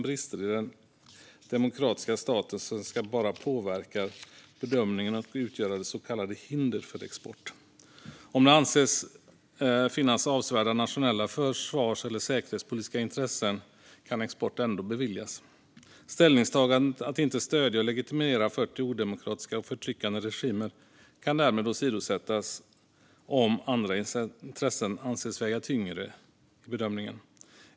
Brister i den demokratiska statusen ska bara påverka bedömningen och utgöra så kallade hinder för export. Om det anses finnas avsevärda nationella försvars eller säkerhetspolitiska intressen kan export ändå beviljas. Ställningstagandet att inte stödja och legitimera 40 odemokratiska och förtryckande regimer kan därmed åsidosättas om andra intressen anses väga tyngre i bedömningen.